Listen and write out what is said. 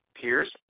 peers